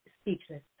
speechless